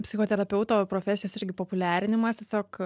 psichoterapeuto profesijos irgi populiarinimas tiesiog